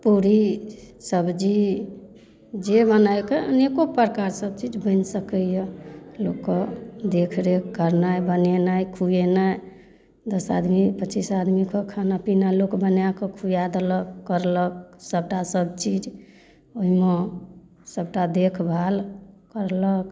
पूड़ी सब्जी जे बनैके अनेको प्रकार सबचीज बनि सकैए लोकके देखरेख करनाइ बनेनाइ खुएनाइ दस आदमी पचीस आदमीके खाना पीना लोक बनाके खुआ देलक करलक सबटा सबचीज ओहिमे सबटा देखभाल करलक